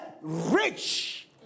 rich